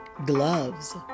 Gloves